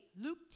Luke